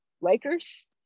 Lakers